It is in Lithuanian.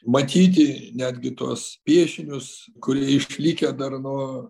matyti netgi tuos piešinius kurie išlikę dar nuo